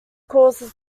causes